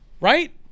Right